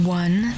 one